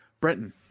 Brenton